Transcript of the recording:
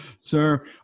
Sir